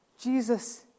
Jesus